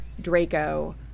Draco